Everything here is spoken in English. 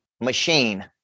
machine